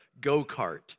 go-kart